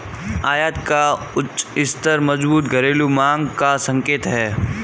आयात का उच्च स्तर मजबूत घरेलू मांग का संकेत है